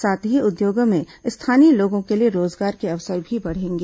साथ ही उद्योगों में स्थानीय लोगों के लिए रोजगार के अवसर भी बढ़ेंगे